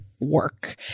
Work